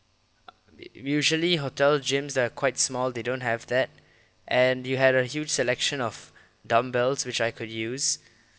usually hotel gyms are quite small they don't have that and you had a huge selection of dumbbells which I could use